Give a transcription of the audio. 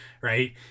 right